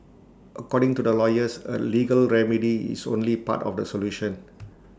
according to the lawyers A legal remedy is only part of the solution